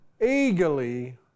eagerly